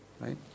right